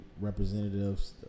representatives